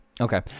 Okay